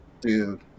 Dude